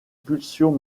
pulsions